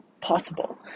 possible